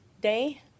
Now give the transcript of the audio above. day